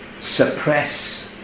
suppress